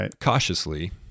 cautiously